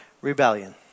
rebellion